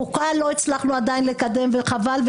חוקה לא הצלחנו עדיין לקדם וחבל.